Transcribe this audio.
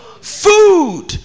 Food